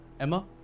Emma